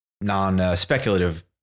non-speculative